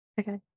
Okay